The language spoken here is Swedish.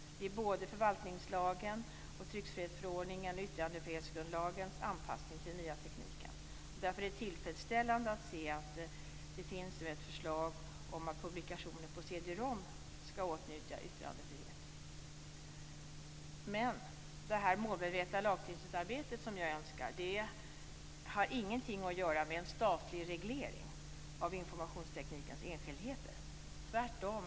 Det gäller både förvaltningslagens, tryckfrihetsförordningens och yttrandefrihetsgrundlagens anpassning till den nya tekniken. Därför är det tillfredsställande att se att det finns ett förslag om att publikationer på cd-rom skall åtnjuta yttrandefrihet. Det målmedvetna lagstiftningsarbete som jag önskar har ingenting med en statlig reglering av informationsteknikens enskildheter att göra.